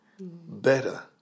better